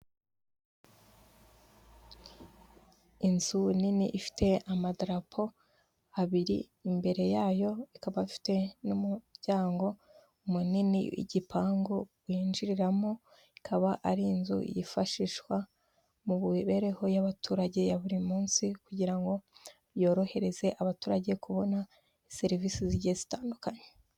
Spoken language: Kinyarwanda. Inzu nini ifite amadarapo abiri imbere yayo, ikaba ifite n'umuryango munini w'igipangu binjiriramo, ikaba ari inzu yifashishwa mu mibereho y'abaturage ya buri munsi kugira ngo yorohereze abaturage kubona serivisi zigiye zitandukanye.